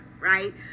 right